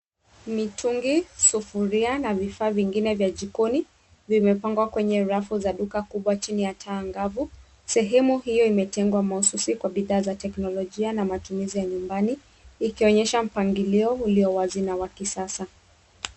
Mitungi, sufuria na viaa vingine vya jikoni vimepangwa kwenye rafu za duka kubwa chini ya taa angavu. Sehemu hio imetengwa mahususi kwa bidhaa za teknolojia na matumizi ya nyumbani ikionyesha mpangilio ulio wazi na wa kisasa.